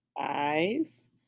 eyes